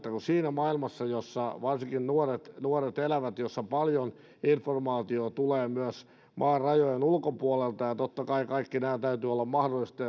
siinä maailmassa jossa varsinkin nuoret nuoret elävät paljon informaatiota tulee myös maan rajojen ulkopuolelta ja totta kai kaikkien näiden täytyy olla mahdollista